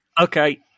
Okay